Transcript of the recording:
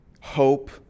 Hope